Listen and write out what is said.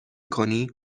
کنی